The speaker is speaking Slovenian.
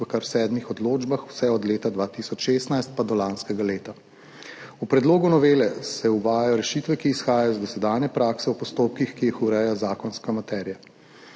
v kar sedmih odločbah vse od leta 2016 pa do lanskega leta. V predlogu novele se uvajajo rešitve, ki izhajajo iz dosedanje prakse v postopkih, ki jih ureja zakonska materija.